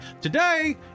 Today